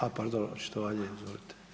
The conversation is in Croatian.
A pardon, očitovanje, izvolite.